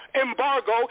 embargo